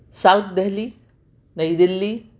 south Delhi نئی دلّی